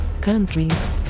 countries